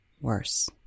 worse